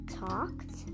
talked